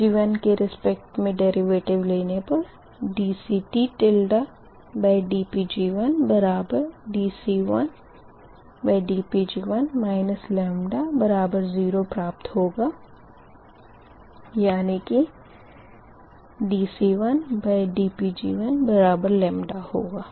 Pg1 के respect मे derivative लेने पर dCTdPg1dC1dPg1 λ0 प्राप्त होगा यानी कि dC1dPg1 होगा